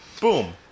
Boom